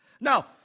Now